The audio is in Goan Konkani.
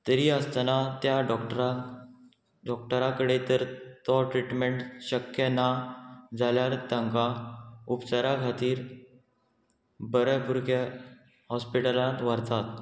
तरी आसतना त्या डॉक्टराक डॉक्टरा कडे तर तो ट्रिटमेंट शक्य ना जाल्यार तांकां उपचारा खातीर बरे पुरक्या हॉस्पिटलांत व्हरतात